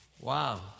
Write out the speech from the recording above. Wow